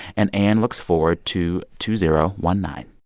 and ann looks forward to two zero one nine